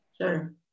Sure